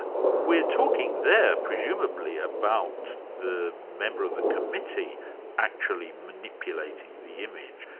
we're talking there presumably about the member of the committee actually manipulating the image.